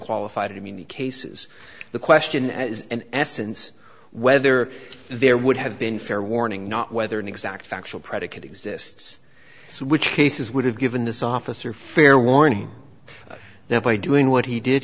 qualified immunity cases the question as in essence whether there would have been fair warning not whether an exact factual predicate exists which cases would have given this officer fair warning now by doing what he did